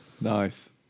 Nice